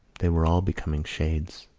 they were all becoming shades.